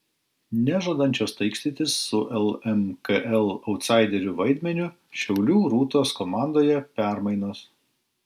nežadančios taikstytis su lmkl autsaiderių vaidmeniu šiaulių rūtos komandoje permainos